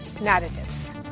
narratives